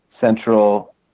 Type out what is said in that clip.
central